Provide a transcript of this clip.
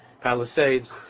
Palisades